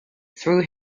through